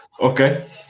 Okay